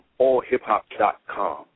AllHipHop.com